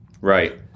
Right